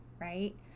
right